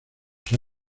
sus